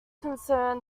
concerned